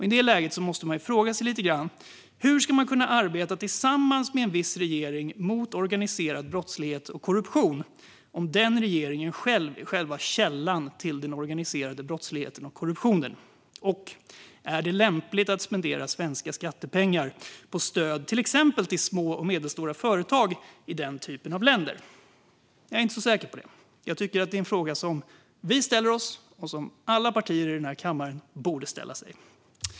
I detta läge måste man fråga sig: Hur ska man kunna arbeta tillsammans med en viss regering mot organiserad brottslighet och korruption om den regeringen är själva källan till den organiserade brottsligheten och korruptionen? Och är det lämpligt att spendera svenska skattepengar på stöd till exempelvis små och medelstora företag i den typen av länder? Jag är inte så säker på det. Det är en fråga som vi ställer oss och som alla partier i den här kammaren borde ställa sig.